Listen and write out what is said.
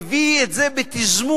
מביא את זה בתזמון,